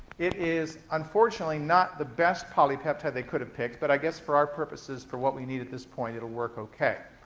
it is unfortunately, not the best polypeptide they could have picked. but i guess for our purposes, for what we need at this point, it'll work okay.